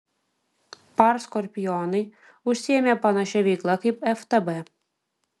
par skorpionai užsiėmė panašia veikla kaip ftb